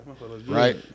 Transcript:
Right